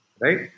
right